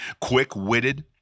quick-witted